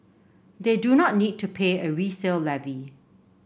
they do not need to pay a resale levy